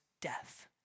death